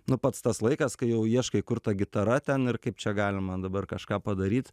nu pats tas laikas kai jau ieškai kur ta gitara ten ir kaip čia gali man dabar kažką padaryt